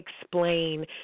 explain